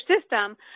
system